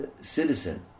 citizen